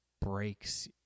breaks